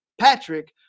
Patrick